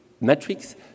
metrics